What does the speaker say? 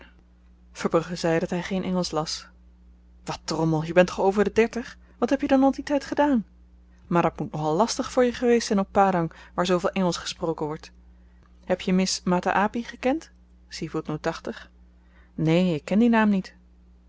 verbrugge zei dat hy geen engelsch las wat drommel je bent toch over de dertig wat heb je dan al dien tyd gedaan maar dat moet nogal lastig voor je geweest zyn op padang waar zooveel engelsch gesproken wordt heb je miss mata api gekend neen ik ken dien naam niet